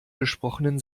gesprochenen